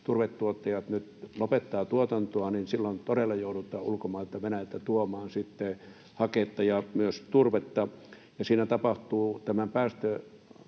turvetuottajat nyt lopettavat tuotantoaan, niin silloin todella joudutaan ulkomailta, Venäjältä, tuomaan paketteja myös turvetta. Siinä sitten tämän päästökaupan